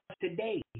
today